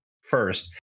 first